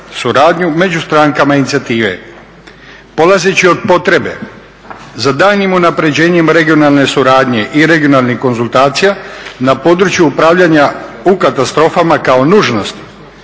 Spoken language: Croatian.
među strankama inicijative. Polazeći od potrebe za daljnjim unapređenjem regionalne suradnje i regionalnih konzultacija na području upravljanja u katastrofama kao nužnost,